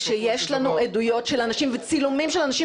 כשיש לנו עדויות של אנשים וצילומים של אנשים